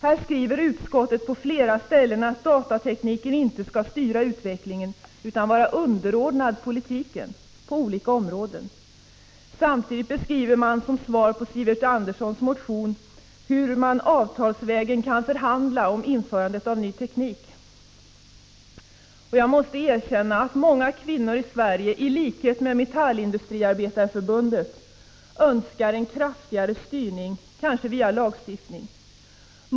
Här skriver utskottet på flera ställen att datatekniken inte skall styra utvecklingen utan vara underordnad politiken på olika områden. Samtidigt beskriver utskottet, som svar på Sivert Anderssons motion, hur man avtalsvägen kan förhandla om införandet av ny teknik. Jag måste erkänna att många kvinnor i Sverige, i likhet med Metallindustriarbetareförbundet, önskar en kraftigare styrning, kanske via lagstiftning.